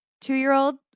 two-year-old